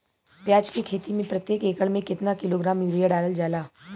प्याज के खेती में प्रतेक एकड़ में केतना किलोग्राम यूरिया डालल जाला?